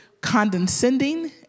condescending